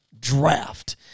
draft